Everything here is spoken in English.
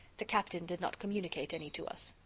the captain did not communicate any to us.